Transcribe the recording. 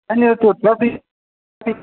त्यहाँनिर त्यो